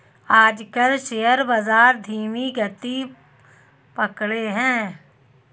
आजकल शेयर बाजार धीमी गति पकड़े हैं